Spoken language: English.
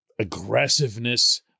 Aggressiveness